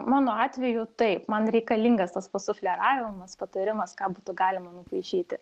mano atveju taip man reikalingas tas sufleravimas patarimas ką būtų galima nupaišyti